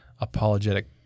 apologetic